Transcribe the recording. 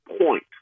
point